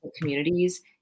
communities